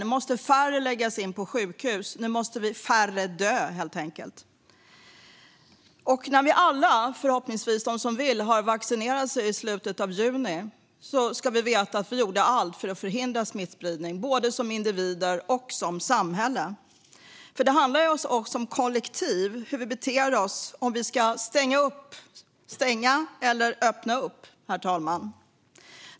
Nu måste färre läggas in på sjukhus. Nu måste färre dö, helt enkelt. När vi alla - eller de som vill - förhoppningsvis har vaccinerat oss i slutet av juni ska vi veta att vi gjorde allt för att förhindra smittspridning. Det ska vi veta både som individer och som samhälle. Det handlar om oss som kollektiv, om hur vi beter oss, när det gäller om vi ska stänga eller öppna, herr talman.